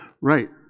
Right